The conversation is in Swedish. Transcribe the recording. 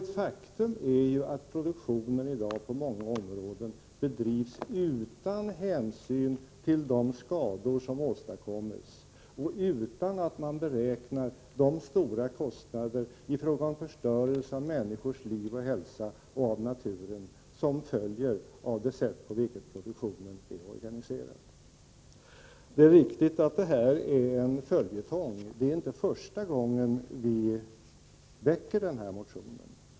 Ett faktum är att produktionen på många områden i dag bedrivs utan hänsyn till de skador som åstadkommes och utan att man beräknar de stora kostnader i fråga om förstörelse av människors liv och hälsa och av naturen som följer av det sätt på vilket produktionen är organiserad. Det är riktigt att det här är en följetong — det är inte första gången vi väcker den här motionen.